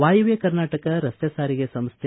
ವಾಯವ್ಯ ಕರ್ನಾಟಕ ರಸ್ತೆ ಸಾರಿಗೆ ಸಂಸ್ಥೆ